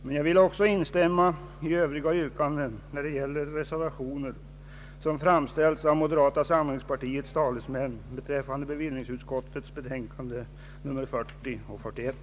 Men jag vill också instämma i övriga yrkanden när det gäller reservationerna som framställs av moderata samlingspartiets talesmän beträffande bevillningsutskottets betänkanden nr 40 och 41.